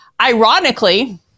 ironically